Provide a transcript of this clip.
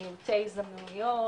מעוטי הזדמנויות,